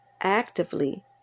actively